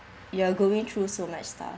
you are going through so much stuff